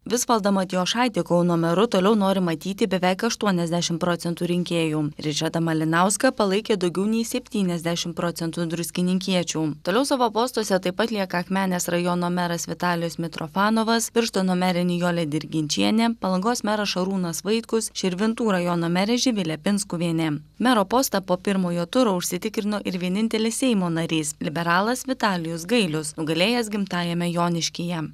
visvaldą matijošaitį kauno meru toliau nori matyti beveik aštuoniasdešim procentų rinkėjų ričardą malinauską palaikė daugiau nei septyniasdešim procentų druskininkiečių toliau savo postuose taip pat lieka akmenės rajono meras vitalijus mitrofanovas birštono merė nijolė dirginčienė palangos meras šarūnas vaitkus širvintų rajono merė živilė pinskuvienė mero postą po pirmojo turo užsitikrino ir vienintelis seimo narys liberalas vitalijus gailius nugalėjęs gimtajame joniškyje